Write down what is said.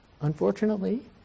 unfortunately